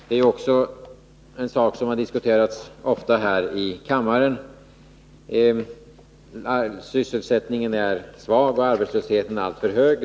Det är också en sak som ofta har diskuterats här i kammaren. Sysselsättningen där är svag, och arbetslösheten alltför hög.